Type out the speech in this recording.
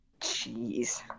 Jeez